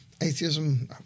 Atheism